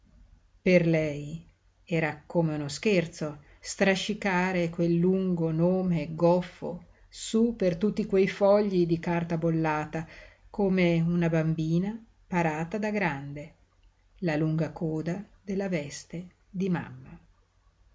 per lei era come uno scherzo strascicare quel lungo nome goffo su per tutti quei fogli di carta bollata come una bambina parata da grande la lunga coda della veste di mamma